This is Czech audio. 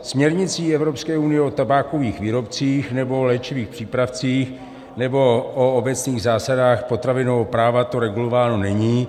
Směrnicí Evropské unie o tabákových výrobcích, nebo léčivých přípravcích, nebo o obecných zásadách potravinového práva to regulováno není.